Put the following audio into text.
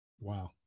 Wow